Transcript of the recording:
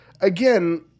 again